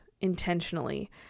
intentionally